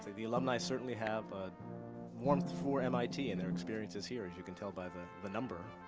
the alumni certainly have a warmth for mit and their experiences here, as you can tell by the the number.